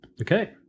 Okay